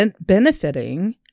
benefiting